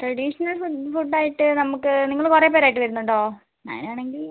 traditional food ഫുഡായിട്ട് നമ്മൾക്ക് നിങ്ങൾ കുറേപേരായിട്ട് വരുന്നുണ്ടോ അങ്ങനെയാണെങ്കിൽ